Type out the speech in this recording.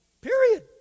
period